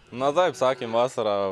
na taip sakėm vasarą